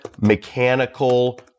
mechanical